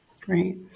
great